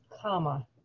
comma